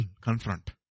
confront